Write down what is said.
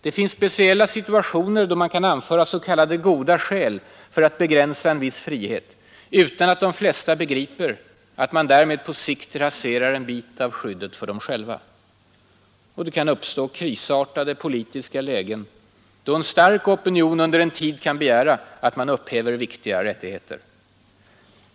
Det finns speciella situationer då man kan anföra s.k. goda skäl för att begränsa en viss frihet utan att de flesta begriper att man därmed på sikt raserar en bit av skyddet för dem själva. Och det kan uppstå krisartade politiska lägen då en stark opinion under en tid kan begära att man upphäver viktiga rättigheter.